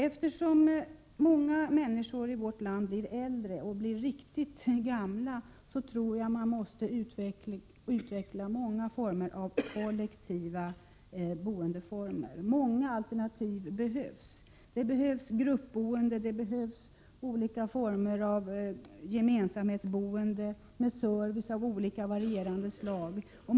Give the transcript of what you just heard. Eftersom många människor i vårt land blir riktigt gamla, tror jag att man måste utveckla många kollektiva boendeformer. Det behövs många alternativ: gruppboende och olika former av gemensamhetsboende med service av olika slag.